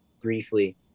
briefly